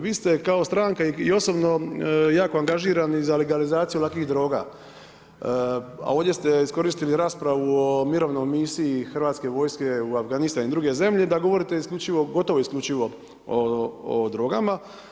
Vi ste kao stranka i osobno jako angažirani za legalizaciju lakih droga, a ovdje ste iskoristili raspravu o mirovnoj misiji Hrvatske vojske u Afganistan i druge zemlje da govorite isključivo, gotovo isključivo o drogama.